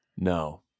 No